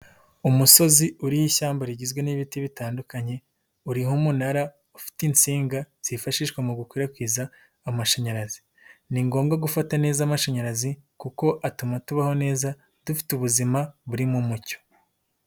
Umusozi uriho ishyamba rigizwe n'ibiti bitandukanye uriho umunara ufite insinga zifashishwa mu gukwirakwiza amashanyarazi, ni ngombwa gufata neza amashanyarazi kuko atuma tubaho neza dufite ubuzima buri mu mucyo.